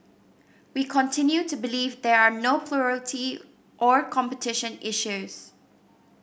we continue to believe there are no plurality or competition issues